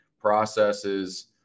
processes